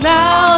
Now